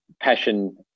passion